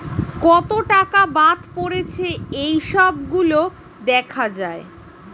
কত টাকা বাদ পড়েছে এই সব গুলো দেখা যায়